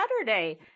Saturday